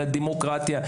לדמוקרטיה.